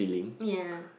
ya